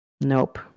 Nope